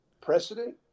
precedent